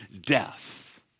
death